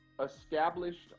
established